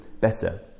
better